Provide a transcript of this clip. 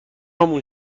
اون